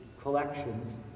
collections